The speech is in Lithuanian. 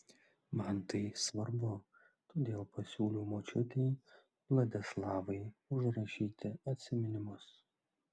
man tai svarbu todėl pasiūliau močiutei vladislavai užrašyti atsiminimus